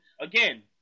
again